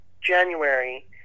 January